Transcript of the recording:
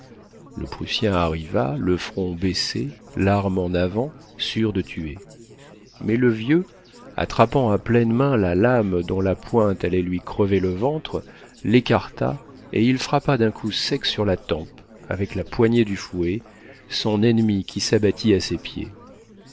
le prussien arriva le front baissé l'arme en avant sûr de tuer mais le vieux attrapant à pleine main la lame dont la pointe allait lui crever le ventre l'écarta et il frappa d'un coup sec sur la tempe avec la poignée du fouet son ennemi qui s'abattit à ses pieds